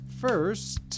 First